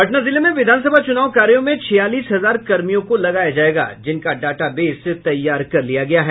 पटना जिले में विधानसभा चुनाव कार्यों में छियालीस हजार कर्मियों को लगाया जायेगा जिनका डाटबेस तैयार कर लिया गया है